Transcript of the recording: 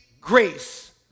grace